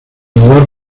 lugar